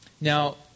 Now